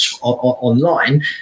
online